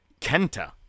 Kenta